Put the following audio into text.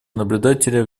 наблюдателя